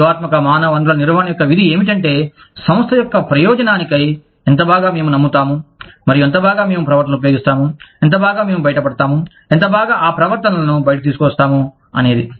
వ్యూహాత్మక మానవ వనరుల నిర్వహణ యొక్క విధి ఏమిటంటే సంస్థ యొక్క ప్రయోజనానికై ఎంత బాగా మేము నమ్ముతాము మరియు ఎంత బాగా మేము ప్రవర్తనలను ఉపయోగిస్తాము ఎంత బాగా మేము బయటపడతాము ఎంత బాగా ఆ ప్రవర్తనలను బయటకు తీసుకువస్తాము అనేది